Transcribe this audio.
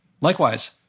Likewise